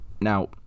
Now